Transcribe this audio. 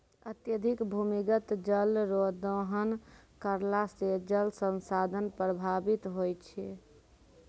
अत्यधिक भूमिगत जल रो दोहन करला से जल संसाधन प्रभावित होय छै